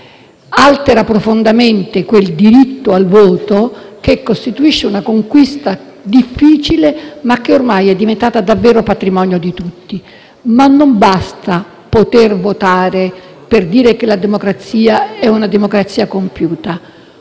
altera profondamente quel diritto al voto che costituisce una conquista difficile, ma che ormai è diventata davvero patrimonio di tutti. Non basta poter votare per dire che la democrazia è compiuta,